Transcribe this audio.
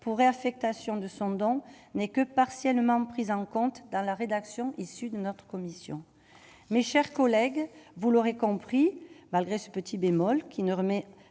pour réaffectation de son don n'est que partiellement prises en compte dans la rédaction issue de notre commission, mes chers collègues, vous l'aurez compris malgré ce petit bémol qui ne remet